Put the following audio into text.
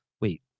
wait